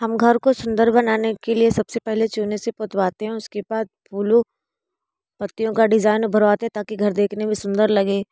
हम घर को सुंदर बनाने के लिए सब से पहले चूने से पुतवाते हैं उसके बाद फूलों पत्तियों का डिज़ाइन उभरवाते हैं ताकि घर देखने में सुंदर लगे